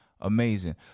Amazing